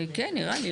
כן, נראה לי.